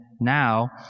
now